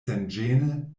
senĝene